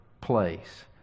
place